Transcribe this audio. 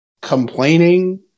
complaining